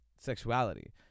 sexuality